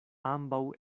ambaŭ